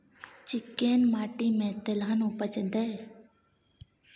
चिक्कैन माटी में तेलहन उपजतै?